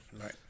Right